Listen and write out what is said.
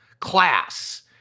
class